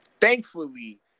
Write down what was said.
thankfully